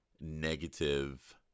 negative